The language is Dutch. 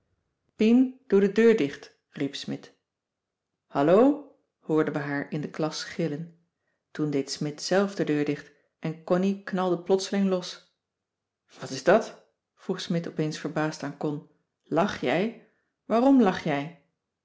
pien doe de deur dicht riep smidt hallo hoorden we haar in de klas gillen toen deed smidt zelf de deur dicht en connie knalde plotseling los wat is dat vroeg smidt opeens verbaasd aan con lach jij waarom lach jij